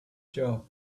job